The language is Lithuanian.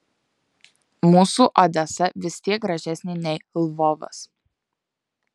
mūsų odesa vis tiek gražesnė nei lvovas